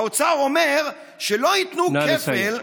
האוצר אומר שלא ייתנו כפל, נא לסיים.